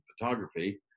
photography